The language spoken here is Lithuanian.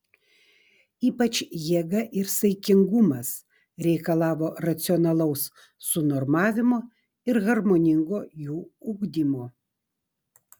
ypač jėga ir saikingumas reikalavo racionalaus sunormavimo ir harmoningo jų ugdymo